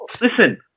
Listen